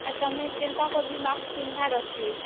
ଆଉ ତମେ ଯେନ୍ତା କରି ବି ମାସ୍କ ପିନ୍ଧିବାର୍ ଅଛି